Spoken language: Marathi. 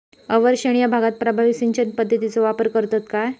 अवर्षणिय भागात प्रभावी सिंचन पद्धतीचो वापर करतत काय?